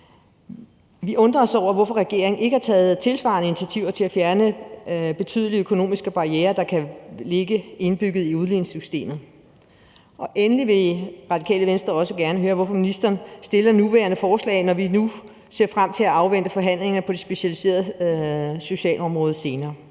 Vi undrer os over, hvorfor regeringen ikke har taget tilsvarende initiativer til at fjerne betydelige økonomiske barrierer, der kan ligge indbygget i udligningssystemet. Endelig vil Radikale Venstre også gerne høre, hvorfor ministeren fremsætter det nuværende forslag, når vi nu ser frem til at afvente forhandlinger på det specialiserede socialområde senere.